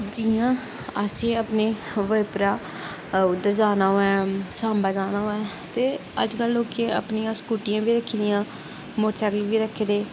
जियां असें अपने बजीपर उद्धर जाना होऐ सांबे जाना होऐ ते अज्जकल लोकें अपनियां स्कूटियां बी रक्खी दियां मोटरसाइकल बी रक्खे दे